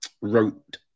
Wrote